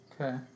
Okay